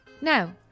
Now